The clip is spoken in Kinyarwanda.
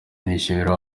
nishimira